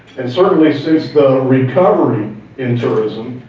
and certainly since the recovery in tourism,